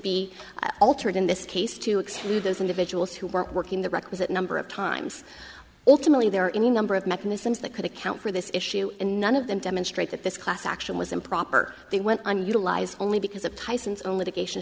be altered in this case to exclude those individuals who were working the requisite number of times ultimately there are any number of mechanisms that could account for this issue and none of them demonstrate that this class action was improper they went on utilized only because of tyson's own litigation